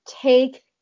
take